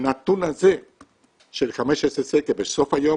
הנתון הזה של 15 שקל בסוף היום,